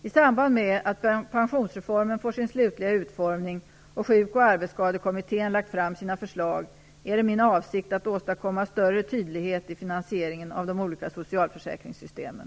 I samband med att pensionsreformen får sin slutliga utformning och Sjuk och arbetsskadekommittén lagt fram sina förslag är det min avsikt att åstadkomma större tydlighet i finansieringen av de olika socialförsäkringssystemen.